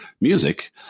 music